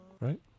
Right